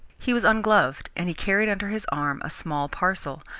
he was ungloved, and he carried under his arm a small parcel,